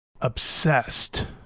obsessed